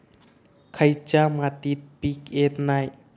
खयच्या मातीत पीक येत नाय?